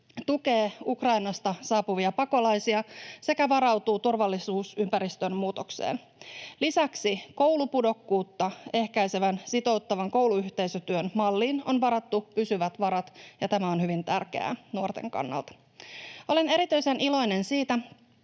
tukee Ukrainasta saapuvia pakolaisia sekä varautuu turvallisuusympäristön muutokseen. Lisäksi on varattu pysyvät varat koulupudokkuutta ehkäisevän, sitouttavan kouluyhteisötyön malliin, ja tämä on hyvin tärkeää nuorten kannalta. Olen erityisen iloinen siitä,